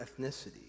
ethnicity